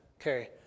Okay